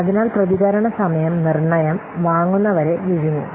അതിനാൽ പ്രതികരണ സമയ നിർണ്ണയം വാങ്ങുന്നവരിൽ ക്ഷീണം വരുത്തുന്നു